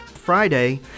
Friday